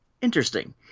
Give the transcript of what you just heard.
Interesting